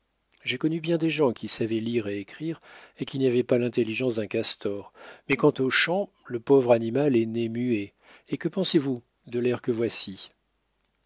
j'ai connu bien des gens qui savaient lire et écrire et qui n'avaient pas l'intelligence d'un castor mais quant au chant le pauvre animal est né muet et que pensez-vous de l'air que voici